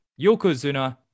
Yokozuna